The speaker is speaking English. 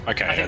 Okay